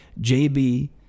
JB